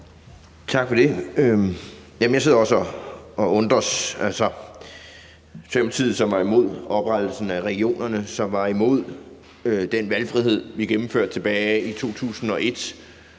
Tak for det. Jeg sidder også og undrer mig. Det var Socialdemokratiet, som var imod oprettelsen af regionerne, og som var imod den valgfrihed, vi gennemførte tilbage i 2001,